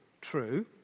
true